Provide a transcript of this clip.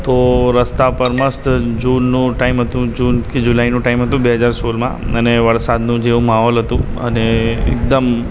તો રસ્તા પર મસ્ત જૂનનો ટાઈમ હતો જૂન કે જુલાઈનો ટાઈમ હતો બે હજાર સોળમાં અને વરસાદના જેવો માહોલ હતો અને એકદમ